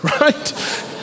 right